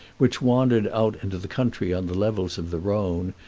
which wandered out into the country on the levels of the rhone,